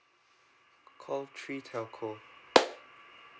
call three telco